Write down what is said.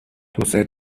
توسعه